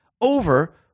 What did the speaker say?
over